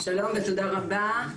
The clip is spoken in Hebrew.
שלום ותודה רבה.